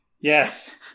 Yes